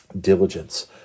diligence